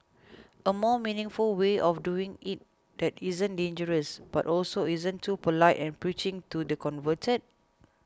a more meaningful way of doing it that isn't dangerous but also isn't too polite and preaching to the converted